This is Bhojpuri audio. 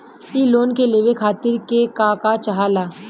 इ लोन के लेवे खातीर के का का चाहा ला?